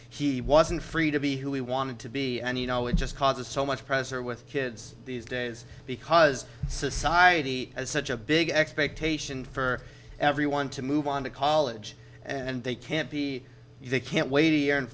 he wasn't free to be who he wanted to be any you know it just causes so much press or with kids these days because society has such a big expectation for everyone to move on to college and they can't be they can't wait a year and